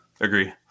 Agree